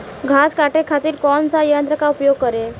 घास काटे खातिर कौन सा यंत्र का उपयोग करें?